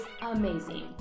amazing